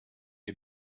you